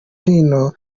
hino